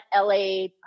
LA